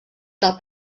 del